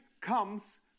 comes